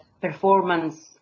performance